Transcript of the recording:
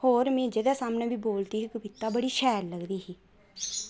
होर बी में जेह्दे सामनै बोलदी ही कविता बड़ी शैल लगदी ही